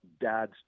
dads